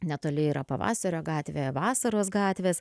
netoli yra pavasario gatvė vasaros gatvės